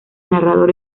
narrador